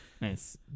Nice